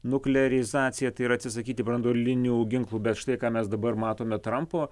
nuklerizacija tai yra atsisakyti branduolinių ginklų bet štai ką mes dabar matome trampo